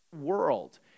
world